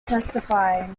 testifying